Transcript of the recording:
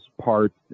parts